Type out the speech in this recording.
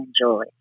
enjoy